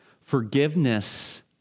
Forgiveness